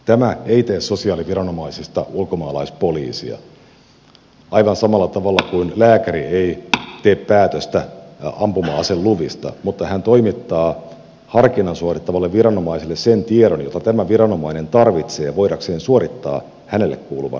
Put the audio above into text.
tämä ei tee sosiaaliviranomaisista ulkomaalaispoliisia aivan samalla tavalla kuin lääkäri ei tee päätöstä ampuma aseluvista mutta hän toimittaa harkinnan suorittavalle viranomaiselle sen tiedon jota tämä viranomainen tarvitsee voidakseen suorittaa hänelle kuuluvan lupaharkinnan